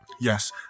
Yes